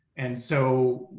and so,